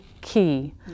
key